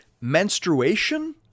menstruation